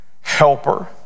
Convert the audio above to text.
helper